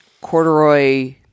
corduroy